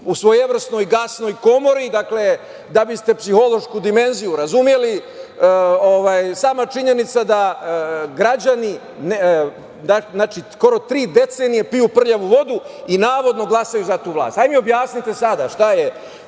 u svojevrsnoj gasnoj komori. Dakle, da biste psihološku dimenziju razumeli, ovaj, sama činjenica da građani skoro tri decenije piju prljavu vodu i navodno glasaju za tu vlast. Hajde mi objasnite sada šta je